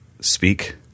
speak